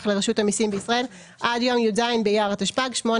לרשות המסים בישראל עד יום י"ז באייר התשפ"ג (8